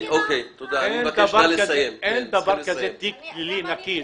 אין דבר כזה תיק פלילי נקי.